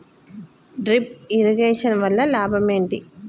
Drip irrigation వల్ల లాభం ఏంటి?